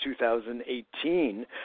2018